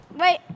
Wait